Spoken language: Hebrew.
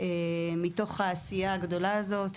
מתוך העשייה הגדולה הזאת.